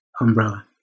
umbrella